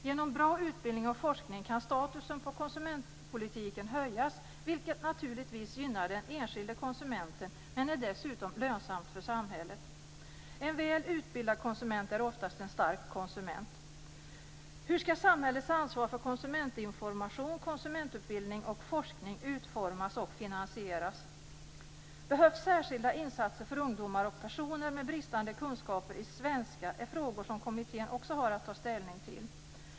Genom bra utbildning och forskning kan statusen på konsumentpolitiken höjas, vilket naturligtvis gynnar den enskilde konsumenten, men det är dessutom lönsamt för samhället. En väl utbildad konsument är oftast en stark konsument. Hur ska samhällets ansvar för konsumentinformation, konsumentutbildning och forskning utformas och finansieras? Behövs särskilda insatser för ungdomar och personer med bristande kunskaper i svenska? Det är frågor som kommittén också har att ta ställning till.